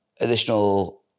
additional